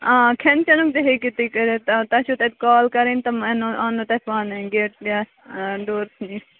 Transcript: آ کھٮ۪ن چٮ۪نُک تہِ ہیٚکِو تُہۍ کٔرِتھ تۄہہِ چھُو تَتہِ کال کَرٕنۍ تِم اَنِو اَننو تۄہہِ پانَے گیٹسٕے یا ڈورسٕے نِش